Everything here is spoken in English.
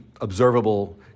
observable